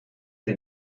sie